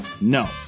No